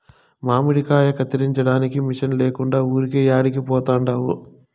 మామిడికాయ కత్తిరించడానికి మిషన్ లేకుండా ఊరికే యాడికి పోతండావు